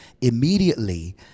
immediately